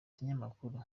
kinyamakuru